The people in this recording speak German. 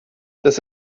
das